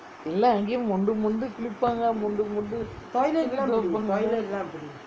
எல்லாம் அங்கயே மொண்டு மொண்டு குளிப்பாங்கே மொண்டு மொண்டு துணி துவைப்பாங்கே:ellam anggayae mondu mondu kulippangae mondu mondu thuni thuvaippangae